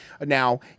Now